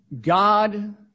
God